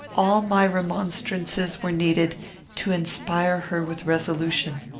all my remonstrances were needed to inspire her with resolution.